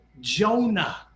Jonah